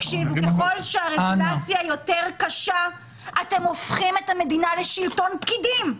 ככל שהרגולציה יותר קשה אתם הופכים את המדינה לשלטון פקידים,